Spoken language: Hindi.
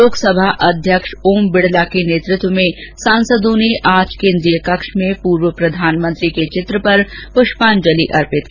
लोकसभा अध्यक्ष ओम बिरला के नेतृत्व में सांसदों ने आज केन्द्रीय कक्ष में पूर्व प्रधानमंत्री इन्दिरा गांधी के चित्र पर पुष्पांजलि अर्पित की